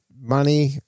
money